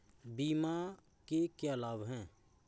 बीमा के क्या लाभ हैं?